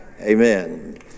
Amen